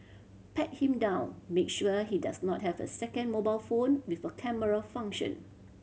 pat him down make sure he does not have a second mobile phone with a camera function